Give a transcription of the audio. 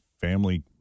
family